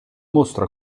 mostra